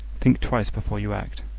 think twice before you act.